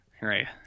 right